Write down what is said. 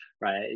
right